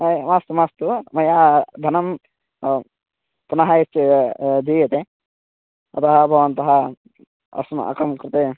एवं मास्तु मास्तु मया धनं पुनः यत् दीयते अतः भवन्तः अस्माकं कृते